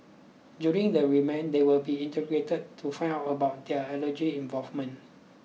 during the remand they will be interrogated to find out about their alleged involvement